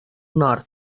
nord